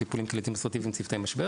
טיפולים קהילתיים אסרטיביים וצוותי משבר